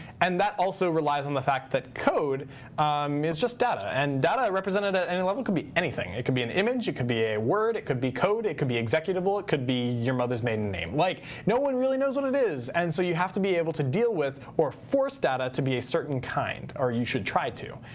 and that also relies on the fact that code um is just data. and data represented at any and level could be anything. it could be an image. it could be a word. it could be code. it could be executable. it could be your mother's maiden name. like no one really knows what it is. and so you have to be able to deal with or force data to be a certain kind. or you should try to.